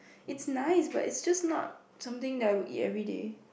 it's nice but it just not something that I will eat every day